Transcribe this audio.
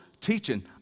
teaching